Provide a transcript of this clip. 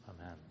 Amen